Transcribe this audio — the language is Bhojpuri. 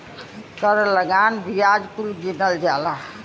कर लगान बियाज कुल गिनल जाला